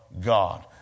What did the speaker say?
God